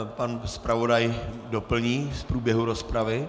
Pan zpravodaj doplní z průběhu rozpravy.